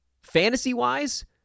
Fantasy-wise